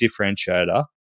differentiator